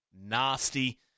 nasty